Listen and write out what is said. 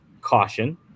caution